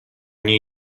nie